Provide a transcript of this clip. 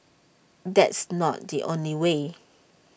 that's not the only way